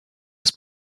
des